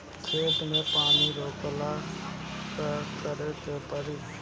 खेत मे पानी रोकेला का करे के परी?